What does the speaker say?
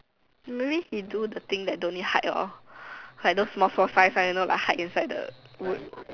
maybe you do the thing that don't need to hide lor like those small small fine fine you know like hide inside wood